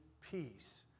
peace